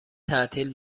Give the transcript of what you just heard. تعطیل